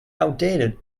outdated